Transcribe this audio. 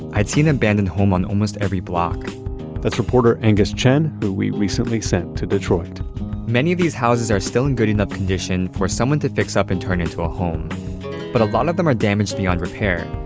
i had seen an abandoned home on almost every block that's reporter angus chen, who we recently sent to detroit many of these houses are still in good enough condition for someone to fix up and turn into a home but a lot of them are damaged beyond repair.